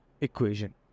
equation